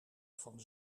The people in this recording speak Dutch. van